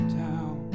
down